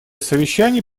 совещаний